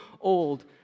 old